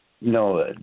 No